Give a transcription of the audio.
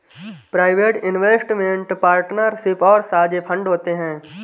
private investment partnership और साझे fund होते हैं